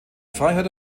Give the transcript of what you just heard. freiheit